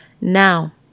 Now